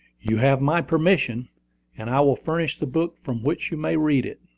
you have my permission and i will furnish the book from which you may read it.